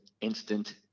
instant